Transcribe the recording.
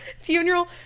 Funeral